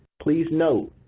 please note,